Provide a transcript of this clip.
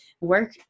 work